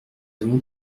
avons